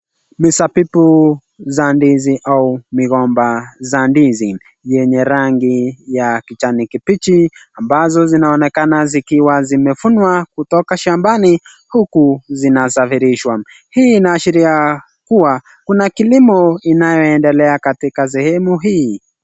Mizabibu za ndizi au migomba za ndizi yenye rangi ya kijani kibichi, ambazo zinaonekana zikiwa zimevunwa kutoka shambani huku zinasafirishwa. Hii inaashiria kuwa, kuna kilimo inayoendelea katika sehemu hii.